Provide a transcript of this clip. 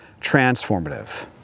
transformative